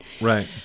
right